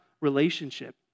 relationship